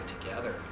together